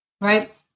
Right